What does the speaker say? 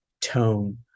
tone